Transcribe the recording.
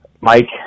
Mike